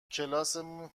کلاسمون